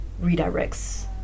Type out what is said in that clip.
redirects